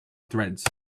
threads